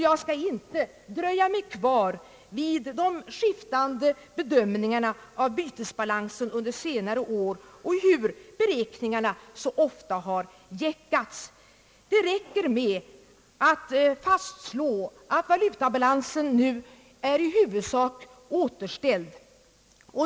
Jag skall inte dröja mig kvar vid de skiftande bedömningarna av bytesbalansen under senare år och hur beräkningarna så ofta har gäckats. Det räcker med att fastslå att valutabalansen nu är i huvudsak återställd.